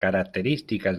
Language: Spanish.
características